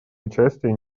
участие